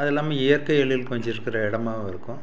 அது இல்லாமல் இயற்கை எழில் கொஞ்சி இருக்கிற இடமாவும் இருக்கும்